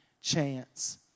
chance